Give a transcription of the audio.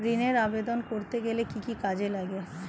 ঋণের আবেদন করতে গেলে কি কি কাগজ লাগে?